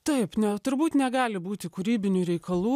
taip ne turbūt negali būti kūrybinių reikalų